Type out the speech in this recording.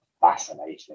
fascinating